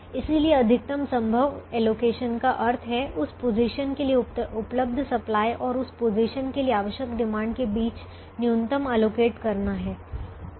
इसलिए अधिकतम संभव एलोकेशन का अर्थ है उस पोजीशन के लिए उपलब्ध सप्लाई और उस पोजीशन के लिए आवश्यक डिमांड के बीच न्यूनतम आवंटित करना हैं